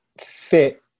fit